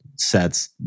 Sets